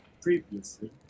previously